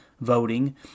voting